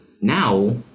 now